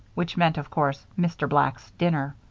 which meant, of course, mr. black's dinner.